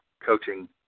coaching